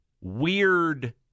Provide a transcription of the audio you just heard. weird